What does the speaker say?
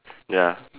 ya